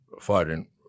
fighting